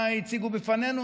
מה הציגו בפנינו?